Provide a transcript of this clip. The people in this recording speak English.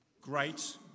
great